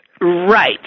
Right